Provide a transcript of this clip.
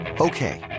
Okay